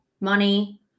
money